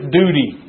duty